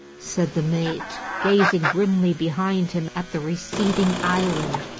said the mate, gazing grimly behind him at the receding island.